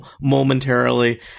momentarily